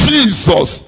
Jesus